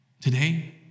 Today